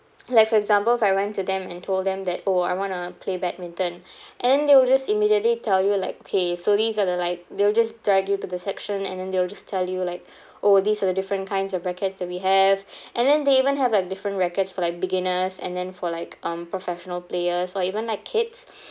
like for example if I went to them and told them that oh I want to play badminton and then they will just immediately tell you like okay so these are the like they'll just drag you to the section and then they'll just tell you like oh these are the different kinds of rackets that we have and then they even have like different rackets for like beginners and then for like um professional players or even like kids